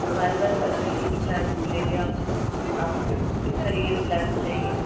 ہمارے پاس ہر طریقے کے پلانٹس ملیں گے آپ کو آپ کو کس کس طریقے کے پلانٹس چاہییں